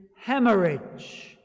hemorrhage